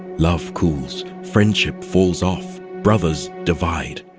love cools. friendship falls off. brothers divide.